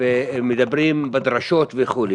ומדברים בדרשות וכו',